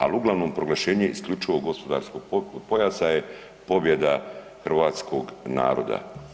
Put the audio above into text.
Ali uglavnom proglašenje isključivog gospodarskog pojasa je pobjeda hrvatskog naroda.